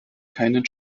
keinen